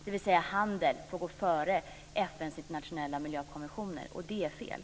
Handel får alltså gå före FN:s internationella miljökonventioner. Det är fel.